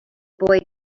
boy